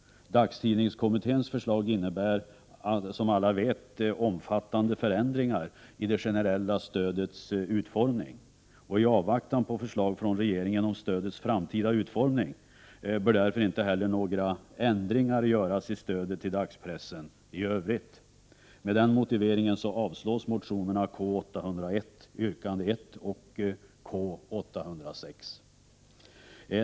Dagstidningskommitténs förslag innebär, som alla vet, omfattande förändringar i det generella stödets utformning. I avvaktan på förslag från regeringen om stödets framtida utformning bör därför inte heller några ändringar göras i stödet till dagspressen i övrigt. Med denna motivering avstyrks motionerna K801 yrkande 1 och K806.